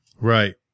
Right